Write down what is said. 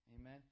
Amen